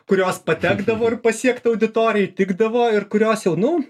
kurios patekdavo ir pasiekt auditorijai tikdavo ir kurios jau nu